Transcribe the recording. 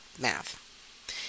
math